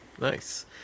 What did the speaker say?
nice